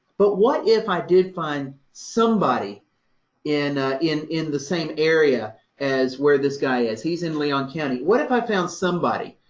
but what if i did find somebody in, in in the same area as where this guy is? he's in leon county. what if i found somebody,